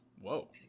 Whoa